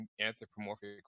anthropomorphic